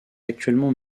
actuellement